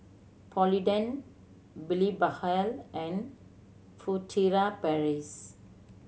Polident Blephagel and Furtere Paris